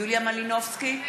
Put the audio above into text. יוליה מלינובסקי,